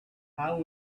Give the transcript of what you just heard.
how